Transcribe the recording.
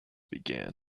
began